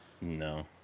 No